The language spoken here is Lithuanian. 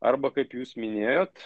arba kaip jūs minėjot